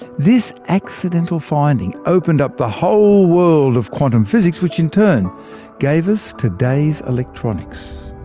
this accidental finding opened up the whole world of quantum physics, which in turn gave us today's electronics.